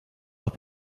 leur